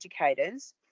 educators